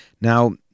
Now